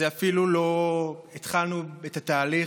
אפילו לא התחלנו את התהליך,